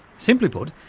simply put,